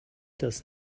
das